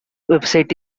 website